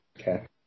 Okay